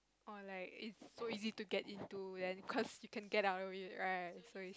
or like it's so easy to get into then cause you can get out of it right so